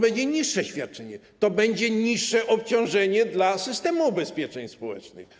To będzie niższe świadczenie, wiec będzie to mniejsze obciążenie dla systemu ubezpieczeń społecznych.